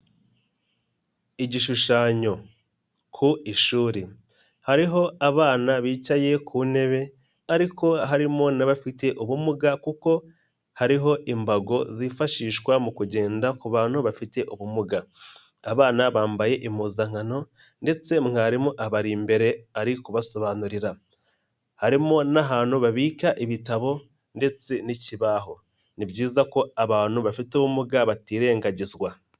Igishushanyo ku ishuri, hariho abana bicaye ku ntebe, ariko harimo n'abafite ubumuga kuko hariho imbago zifashishwa mu kugenda ku bantu bafite ubumuga, abana bambaye impuzankano ndetse mwarimu abari imbere ari kubasobanurira, harimo n'ahantu babika ibitabo ndetse n'ikibaho, ni byiza ko abantu bafite ubumuga batirengagizwa.